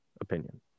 opinion